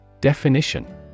Definition